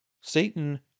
Satan